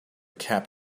cab